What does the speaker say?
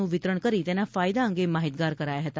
નું વિતરણ કરી તેના ફાયદા અંગે માહિતગાર કરાયા હતા